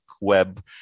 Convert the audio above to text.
web